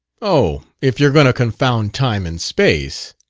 oh, if you're going to confound time and space!